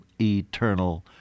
eternal